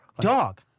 Dog